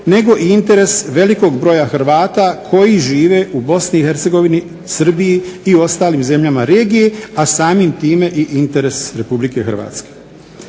nego i interes velikog broja Hrvata koji žive u Bosni i Hercegovini, Srbiji i u ostalim zemljama regije, a samim time i interes Republike Hrvatske.